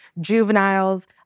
Juveniles